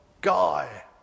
guy